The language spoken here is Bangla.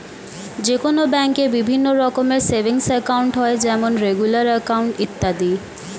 যে কোনো ব্যাঙ্কে বিভিন্ন রকমের সেভিংস একাউন্ট হয় যেমন রেগুলার অ্যাকাউন্ট, ইত্যাদি